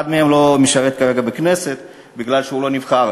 אחד מהם לא משרת כרגע בכנסת מפני שהוא לא נבחר,